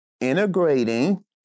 integrating